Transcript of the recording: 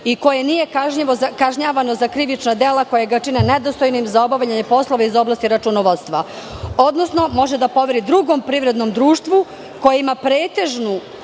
i koje nije kažnjavano za krivična dela koja ga čine nedostojnim za obavljanje poslova iz oblasti računovodstva, odnosno može da poveri drugom privrednom društvu koji ima pretežnu